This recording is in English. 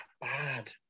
bad